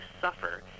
suffer